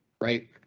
right